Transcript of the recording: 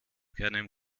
keinem